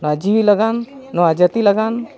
ᱱᱚᱣᱟ ᱡᱤᱣᱤ ᱞᱟᱜᱟᱫ ᱱᱚᱣᱟ ᱡᱟᱹᱛᱤ ᱞᱟᱜᱟᱫ